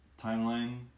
timeline